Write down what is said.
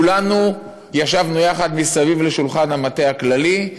כולנו ישבנו יחד מסביב לשולחן המטה הכללי,